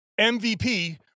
MVP